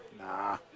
nah